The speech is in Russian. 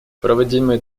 проводимые